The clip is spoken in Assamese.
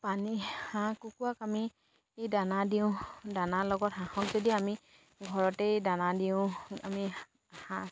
পানী হাঁহ কুকৰাক আমি এই দানা দিওঁ দানাৰ লগত হাঁহত যদি আমি ঘৰতেই দানা দিওঁ আমি হাঁহ